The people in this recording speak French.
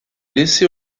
laissée